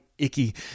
icky